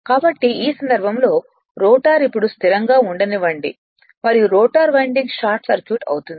కాబట్టి ఈ సందర్భంలో రోటర్ ఇప్పుడు స్థిరంగా ఉండనివ్వండి మరియు రోటర్ వైండింగ్ షార్ట్ సర్క్యూట్ అవుతుంది